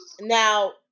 now